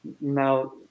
now